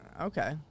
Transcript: Okay